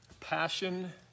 passion